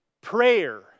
Prayer